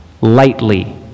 lightly